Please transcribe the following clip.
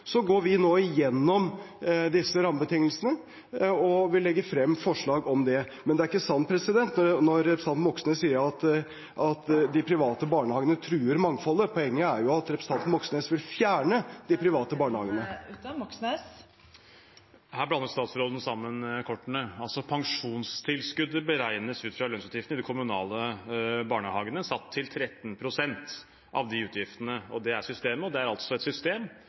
går nå gjennom disse rammebetingelsene, og vi legger frem forslag om det. Det er ikke sant som representanten Moxnes sier, at de private barnehagene truer mangfoldet. Poenget er jo at representanten Moxnes vil fjerne de private barnehagene. Taletiden er ute. Det blir oppfølgingsspørsmål – først Bjørnar Moxnes. Her blander statsråden kortene. Pensjonstilskuddet beregnes ut fra lønnsutgiftene i de kommunale barnehagene – satt til 13 pst. av de utgiftene. Det er systemet, og det er et system